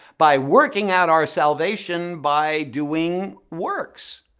by working out our salvation by doing works.